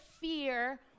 fear